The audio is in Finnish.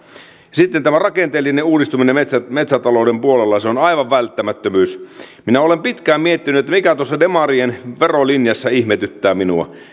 sitten tämä rakenteellinen uudistuminen metsätalouden puolella on aivan välttämättömyys minä olen pitkään miettinyt että mikä tuossa demarien verolinjassa ihmetyttää minua